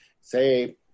say